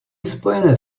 spojené